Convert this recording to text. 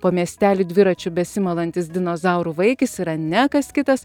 po miestelį dviračiu besimalantis dinozaurų vaikis yra ne kas kitas